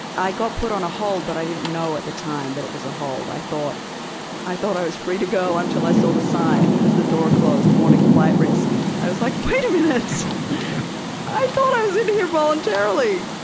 i got put on a hold, but i didn't know at the time that but it was a hold. i thought i thought i was free to go until i saw the sign as the door closed warning, flight risk. i was like, wait a minute! sb i thought i was in here voluntarily!